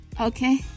Okay